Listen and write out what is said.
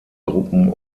gruppen